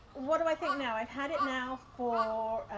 what do i think now, i've had it now for